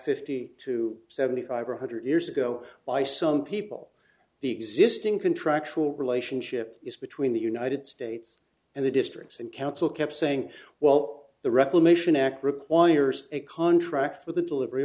fifty to seventy five or one hundred years ago by some people the existing contractual relationship is between the united states and the districts and council kept saying well the reclamation act requires a contract with the delivery